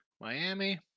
Miami